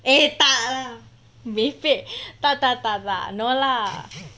eh tak lah merepek tak tak tak tak no lah